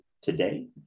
today